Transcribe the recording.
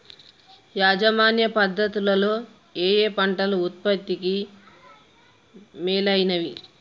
యాజమాన్య పద్ధతు లలో ఏయే పంటలు ఉత్పత్తికి మేలైనవి?